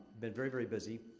been very, very busy.